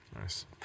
Nice